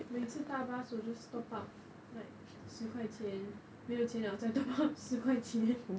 每次踏 bus 我就 top up like 十块钱没有钱了再 top up 十块钱